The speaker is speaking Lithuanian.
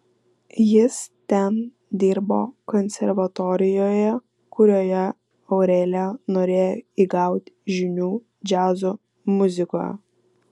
jis ten dirbo konservatorijoje kurioje aurelija norėjo įgauti žinių džiazo muzikoje